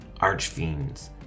Archfiends